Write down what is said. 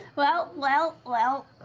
well, well, well,